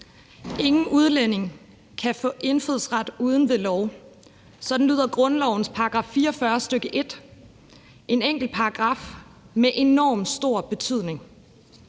Ingen udlænding kan få indfødsret uden ved lov. Sådan lyder grundlovens § 44, stk. 1, en enkelt paragraf med enormt stor betydning.